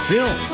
Bill